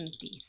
teeth